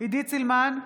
עידית סילמן,